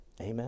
Amen